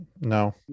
No